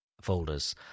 folders